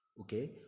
Okay